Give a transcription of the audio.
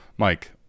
Mike